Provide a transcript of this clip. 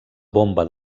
bomba